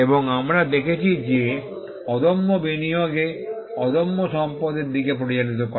এবং আমরা দেখেছি যে অদম্য বিনিয়োগে অদম্য সম্পদের দিকে পরিচালিত করে